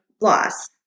loss